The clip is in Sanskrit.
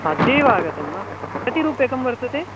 अद्य एव आगतं वा कति रूप्यकं वर्तते